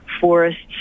forests